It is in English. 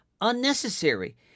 unnecessary